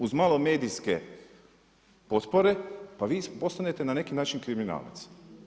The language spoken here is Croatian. Uz malo medijske potpore, pa vi postanete na neki način kriminalac.